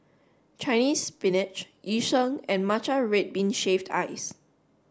Chinese Spinach Yu Sheng and Matcha red bean shaved ice